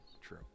True